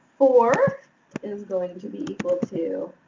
four is going to be equal to